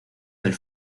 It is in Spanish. del